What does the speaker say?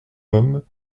homme